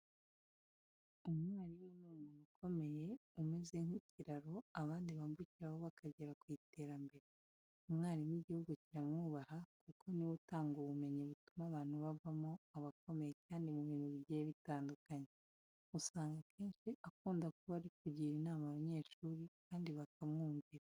Umwarimu ni umuntu ukomeye umeze nk'ikiraro abandi bambukiraho bakagera ku iterambere. Umwarimu igihugu kiramwubaha kuko ni we utanga ubumenyi butuma abantu bavamo abakomeye kandi mu bintu bigiye bitandukanye. Usanga akenshi akunda kuba ari kugira inama abanyeshuri kandi bakamwumvira.